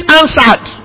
answered